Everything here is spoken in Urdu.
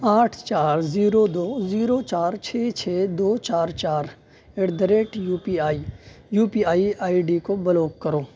آٹھ چار زیرو دو زیرو چار چھ چھ دو چار چار at the rate U P I U P I I D کو بلاک کرو